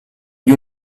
gli